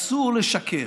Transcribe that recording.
אסור לשקר.